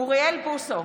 אוריאל בוסו,